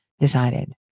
decided